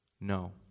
No